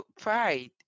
pride